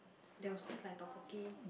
there was this like tteokbokki